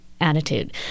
Attitude